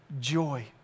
joy